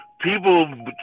people